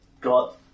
Got